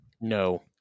No